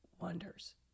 wonders